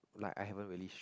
like I haven't really show